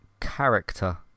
character